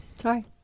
Sorry